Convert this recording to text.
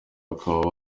bakaba